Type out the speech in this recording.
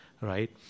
right